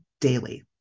daily